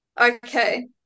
Okay